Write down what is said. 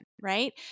right